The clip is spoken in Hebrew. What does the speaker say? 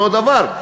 אותו דבר,